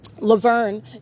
Laverne